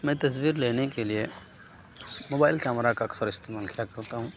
میں تصویر لینے کے لیے موبائل کیمرہ کا اکثر استعمال کیا کرتا ہوں